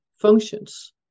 functions